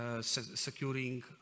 securing